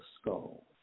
skull